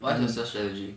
what is your sales strategy